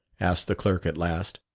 asked the clerk at last.